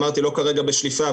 אמרתי לא כרגע בשליפה,